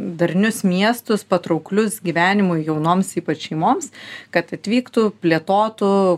darnius miestus patrauklius gyvenimui jaunoms ypač šeimoms kad atvyktų plėtotų